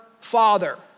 Father